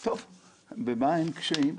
במה אין קשיים?